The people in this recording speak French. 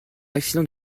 accident